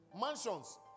Mansions